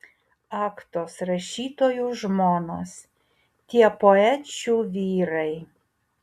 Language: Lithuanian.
ak tos rašytojų žmonos tie poečių vyrai